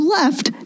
left